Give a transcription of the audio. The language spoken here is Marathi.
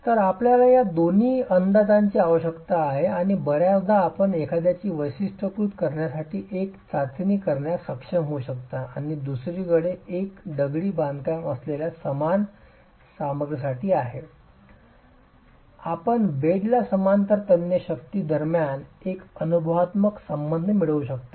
तर आपल्याला या दोन्ही अंदाजांची आवश्यकता आहे आणि बर्याचदा आपण एखाद्याची वैशिष्ट्यीकृत करण्यासाठी एक चाचणी करण्यास सक्षम होऊ शकता आणि दुसरे एक दगडी बांधकाम असलेल्या समान सामग्रीसाठी आहे आपण बेडला समांतर तन्य शक्ती दरम्यान एक अनुभवात्मक संबंध मिळवू शकता